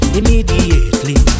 immediately